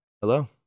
Hello